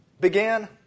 began